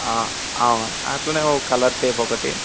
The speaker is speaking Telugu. అవును అట్లనే ఓ కలర్ టేప్ ఒకటి